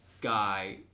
guy